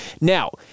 now